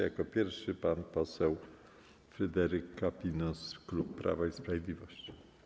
Jako pierwszy pan poseł Fryderyk Kapinos, klub Prawa i Sprawiedliwości.